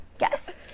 yes